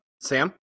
Sam